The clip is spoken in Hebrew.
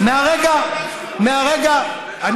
כמה כסף זה הוועדה שלך?